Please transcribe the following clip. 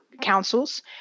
councils